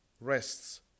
rests